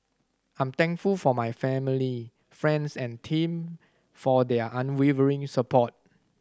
I'm thankful for my family friends and team for their unwavering support